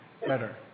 better